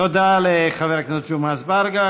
תודה לחבר הכנסת ג'מעה אזברגה.